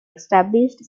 established